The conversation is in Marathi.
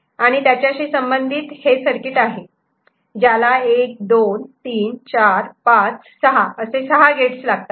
आणि त्याच्याशी संबंधित हे सर्किट आहे ज्याला 1 2 3 4 5 6 असे सहा गेट्स लागतात